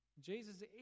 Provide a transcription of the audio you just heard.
Jesus